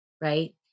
Right